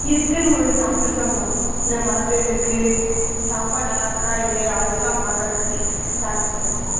இதுக்குன்னு ஒரு டாக்டர்ஸ்லாம் வருவாங்க இந்த மரத்தை இதுக்கு சாப்பாடு நல்லா இருக்கா இல்லையா அதுக்கெலாம் பார்க்கறக்காண்டி டாக்டர்ஸ் இருப்பாங்க